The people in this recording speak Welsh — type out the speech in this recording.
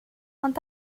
ond